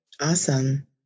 Awesome